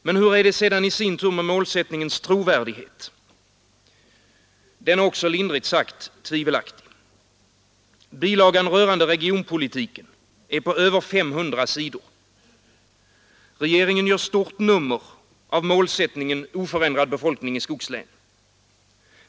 Men hur är det sedan i sin tur med målsättningens trovärdighet? Den är också lindrigt sagt tvivelaktig. Bilagan rörande regionpolitiken är på över 500 sidor. Regeringen gör stort nummer av målsättningen oförändrad befolkning i skogslänen.